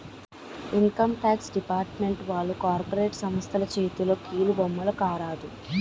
income tax department వాళ్లు corporate సంస్థల చేతిలో కీలుబొమ్మల కారాదు